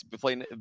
playing